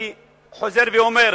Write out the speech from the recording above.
אני חוזר ואומר: